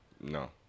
No